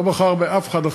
לא בחר באף אחד אחר,